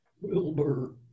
Wilbur